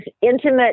intimate